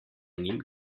njim